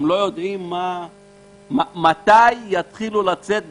הם לא יודעים מתי יתחילו לצאת מהמשבר.